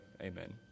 Amen